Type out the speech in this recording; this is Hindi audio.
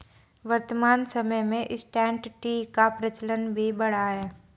वर्तमान समय में इंसटैंट टी का प्रचलन भी बढ़ा है